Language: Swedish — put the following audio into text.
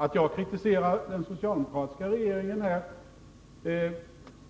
Att jag kritiserar den socialdemokratiska regeringen